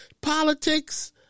politics